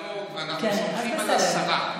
בדיאלוג ושאנחנו סומכים על השרה.